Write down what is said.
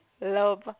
love